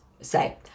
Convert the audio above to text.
say